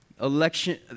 Election